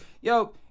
Yo